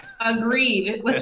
Agreed